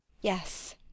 Yes